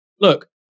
look